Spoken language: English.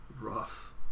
Rough